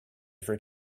for